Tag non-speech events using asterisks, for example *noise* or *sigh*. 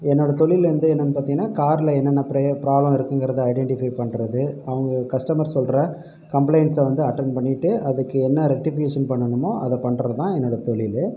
என்னோட தொழில் வந்து என்னன்னு பார்த்தீங்கன்னா காரில் என்னென்ன *unintelligible* ப்ராப்ளம் இருக்குங்கிறதை ஐடெண்டிஃபை பண்ணுறது அவங்க கஸ்டமர் சொல்கிற கம்ளைண்ட்ஸை வந்து அட்டன் பண்ணிவிட்டு அதுக்கு என்ன ரெக்டிஃபிகேஷன் பண்ணணுமோ அதை பண்ணுறதுதான் என்னோட தொழில்